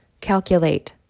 calculate